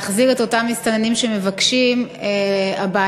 להחזיר את אותם מסתננים שמבקשים הביתה,